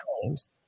claims